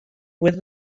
with